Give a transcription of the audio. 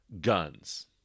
guns